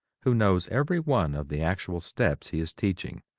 who knows every one of the actual steps he is teaching,